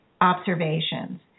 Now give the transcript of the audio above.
observations